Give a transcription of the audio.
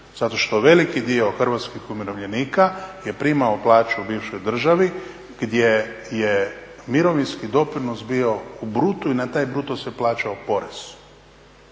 Zato što veliki dio hrvatskih umirovljenika je primao plaću u bivšoj državi gdje je mirovinski doprinos bio u brutu i na taj bruto se plaćao porez.